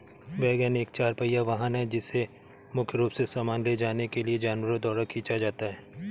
wagon एक चार पहिया वाहन है जिसे मुख्य रूप से सामान ले जाने के लिए जानवरों द्वारा खींचा जाता है